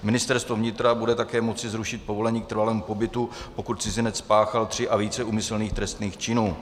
Ministerstvo vnitra bude také moci zrušit povolení k trvalému pobytu, pokud cizinec spáchal tři a více úmyslných trestných činů.